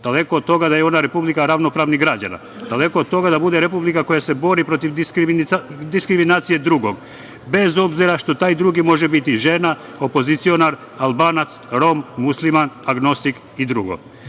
Daleko od toga da je ona Republika ravnopravnih građana. Daleko od toga da bude Republika koja se bori protiv diskriminacije drugog, bez obzira što taj drugi može biti žena, opozicionar, Albanac, Rom, Musliman, agnostik i drugo.